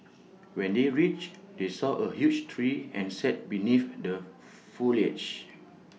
when they reached they saw A huge tree and sat beneath the foliage